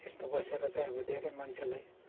यस्तो बसेर चाहिँ अब धेरै मान्छेलाई